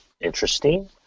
interesting